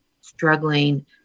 struggling